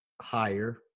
higher